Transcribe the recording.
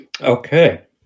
Okay